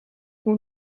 moet